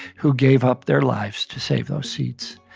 who gave up their lives to save those seeds.